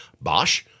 Bosch